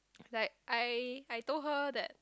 like I I told her that